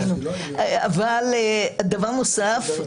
דבר נוסף.